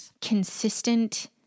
consistent